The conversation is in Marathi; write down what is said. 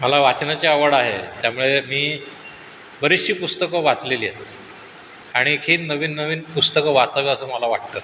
मला वाचनाची आवड आहे त्यामुळे मी बरीचशी पुस्तकं वाचलेली आहेत आणखीन नवीन नवीन पुस्तकं वाचावी असं मला वाटतं